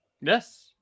yes